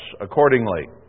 accordingly